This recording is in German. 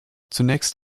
zunächst